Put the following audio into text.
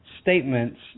statements